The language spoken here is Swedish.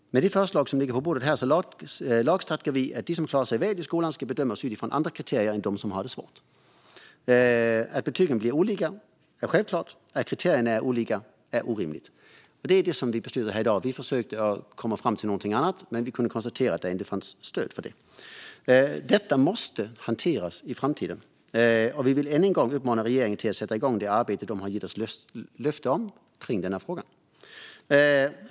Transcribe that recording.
Med det förslag som ligger på bordet lagstadgar vi att de som klarar sig väl i skolan ska bedömas utifrån andra kriterier än de som har det svårt. Att betygen blir olika är självklart. Att kriterierna är olika är orimligt. Men det är det som det ska beslutas om här i dag. Vi försökte komma fram till något annat. Men vi kunde konstatera att det inte fanns stöd för det. Detta måste hanteras i framtiden. Vi vill än en gång uppmana regeringen att sätta igång det arbete de har gett oss löfte om när det gäller denna fråga.